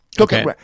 okay